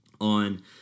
on